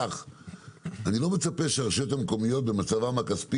אני לא מצפה שהרשויות המקומיות במצבן הכספי